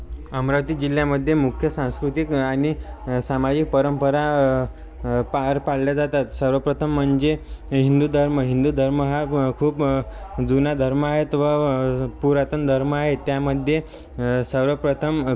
अमरावती जिल्ह्यामध्ये मुख्य सांस्कृतिक आणि सामाजिक परंपरा पार पाडल्या जातात सर्वप्रथम म्हणजे हिंदू धर्म हिंदू धर्म हा ब खूप जुना धर्म आहे त्व पुरातन धर्म आहे त्यामध्ये सर्वप्रथम